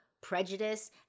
prejudice